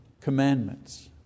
commandments